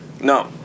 No